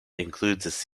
includes